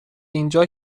اینجا